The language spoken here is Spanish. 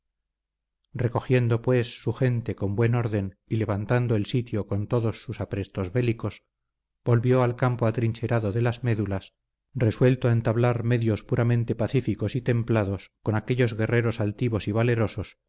recogiendo pues su gente con buen orden y levantando el sitio con todos sus aprestos bélicos volvió al campo atrincherado de las médulas resuelto a entablar medios puramente pacíficos y templados con aquellos guerreros altivos y valerosos